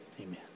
Amen